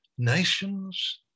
Nations